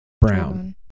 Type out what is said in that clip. Brown